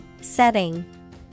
Setting